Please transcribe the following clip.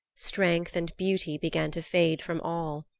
strength and beauty began to fade from all.